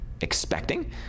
expecting